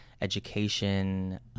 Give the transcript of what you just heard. education